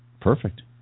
perfect